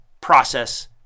process